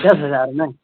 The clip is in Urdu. دس ہزار میں